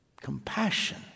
compassion